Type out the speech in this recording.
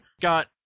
got